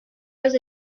was